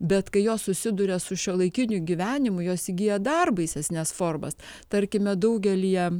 bet kai jos susiduria su šiuolaikiniu gyvenimu jos įgyja dar baisesnes formas tarkime daugelyje